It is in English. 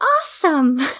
Awesome